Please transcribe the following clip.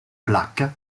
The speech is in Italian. placca